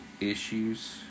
issues